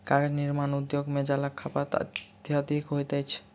कागज निर्माण उद्योग मे जलक खपत अत्यधिक होइत अछि